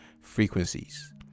frequencies